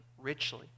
richly